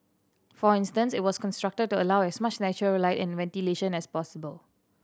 for instance it was constructed allow as much natural light and ventilation as possible